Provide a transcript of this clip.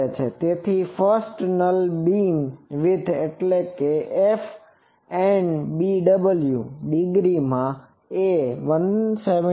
તેથી first null beamwidth એટલે કે FNBWડીગ્રીમાં એ 171